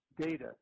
data